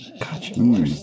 Gotcha